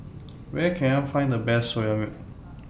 Where Can I Find The Best Soya Milk